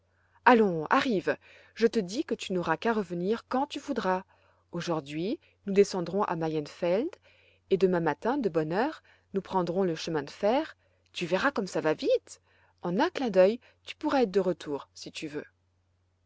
allons arrive je te dis que tu n'auras qu'à revenir quand tu voudras aujourd'hui nous descendrons à mayenfeld et demain matin de bonne heure nous prendrons le chemin de fer tu verras comme ça va vite en un clin dœil tu pourras être de retour si tu veux